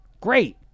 Great